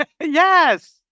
Yes